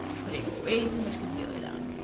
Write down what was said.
putting ah way too much concealer down.